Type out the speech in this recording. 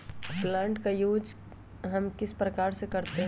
Plant का use हम किस प्रकार से करते हैं?